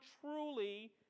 truly